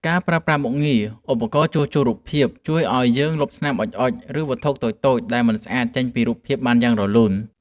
ការប្រើប្រាស់មុខងារ ឧបករណ៍ជួសជុលរូបភាព ជួយឱ្យយើងលុបស្នាមអុជៗ ឬវត្ថុតូចៗដែលមិនស្អាតចេញពីរូបភាពបានយ៉ាងរលូន។